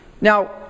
now